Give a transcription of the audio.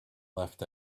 left